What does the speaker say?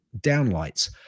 downlights